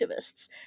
activists